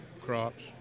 crops